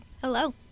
Hello